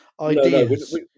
ideas